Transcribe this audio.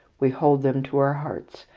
we hold them to our hearts,